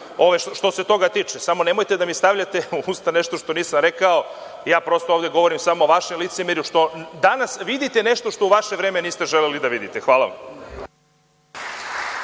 što se toga tiče. Samo, nemojte da mi stavljate u usta nešto što nisam rekao. Prosto, ovde govorim samo o vašem licemerju, što danas vidite nešto što u vaše vreme niste želeli da vidite. Hvala.